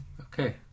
Okay